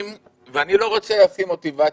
ואני לא רוצה לשים מוטיבציות,